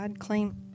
claim